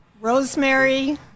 Rosemary